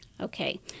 Okay